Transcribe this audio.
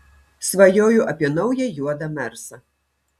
svajoju apie naują juodą mersą